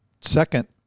second